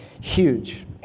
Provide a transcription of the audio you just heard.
huge